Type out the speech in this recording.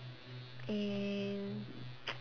and